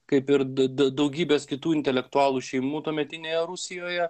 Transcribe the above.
kaip ir da da daugybės kitų intelektualų šeimų tuometinėje rusijoje